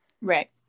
Right